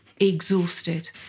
exhausted